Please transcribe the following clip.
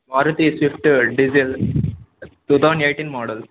Maruti Swift diesel two thousand eighteen model